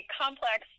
complex